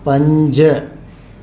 पंज